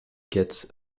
gets